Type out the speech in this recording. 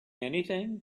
anything